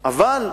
אנגלית.